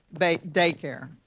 daycare